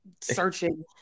searching